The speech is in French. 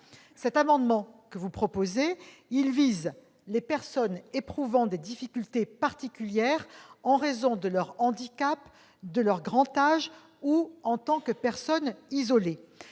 Cet amendement vise les personnes éprouvant des difficultés particulières en raison de leur handicap, de leur grand âge ou en tant que personnes isolées,